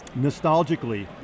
nostalgically